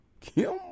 Kim